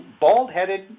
bald-headed